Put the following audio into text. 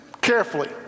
carefully